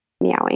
meowing